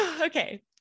Okay